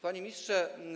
Panie Ministrze!